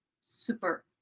super